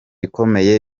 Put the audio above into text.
ikomeye